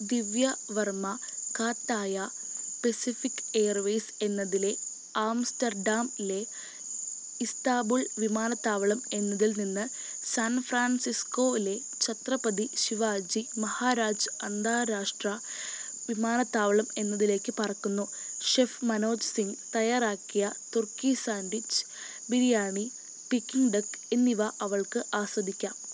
ദിവ്യ Varma Cathay Pacific Airways എന്നതിലെ ആംസ്റ്റർഡാംലെ Istanbul വിമാനത്താവളം എന്നതിൽനിന്ന് സാൻ ഫ്രാൻസിസ്കോയിലെ ഛത്രപതി ശിവാജി മഹാരാജ് അന്താരാഷ്ട്ര വിമാനത്താവളം എന്നതിലേക്ക് പറക്കുന്നു ഷെഫ് മനോജ് സിംഗ് തയ്യാറാക്കിയ turkey sandwich biryani Peking duck എന്നിവ അവൾക്ക് ആസ്വദിക്കാം